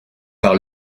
par